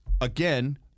again